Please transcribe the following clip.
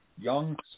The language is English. young